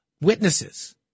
witnesses